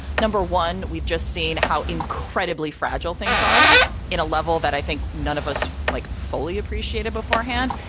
number one, we've just seen how incredibly fragile things are in a level that i think none of us like fully appreciated beforehand.